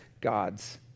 God's